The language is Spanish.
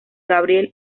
gabriel